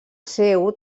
seu